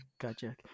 Gotcha